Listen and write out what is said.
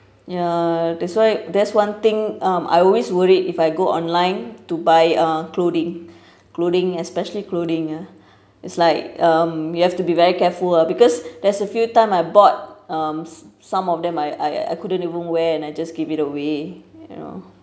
ya that's why that's one thing um I always worried if I go online to buy uh clothing clothing especially clothing ah it's like um you have to be very careful ah because there's a few time I bought um some of them I I I couldn't even wear and I just keep it away you know